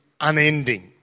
unending